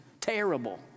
terrible